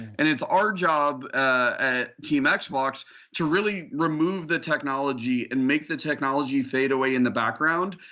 and it's our job ah team and xbox to really remove the technology and make the technology fade away in the background.